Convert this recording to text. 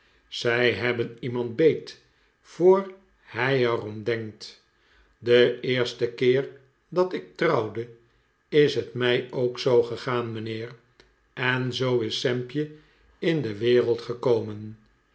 zij hebben iemand beet voor hij er om denkt den eersten keer dat ik trouwde is het mij ook zoo gegaan mijnheer en zoo is sampje in de wereld gekomen